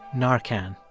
narcan,